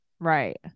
Right